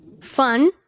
fun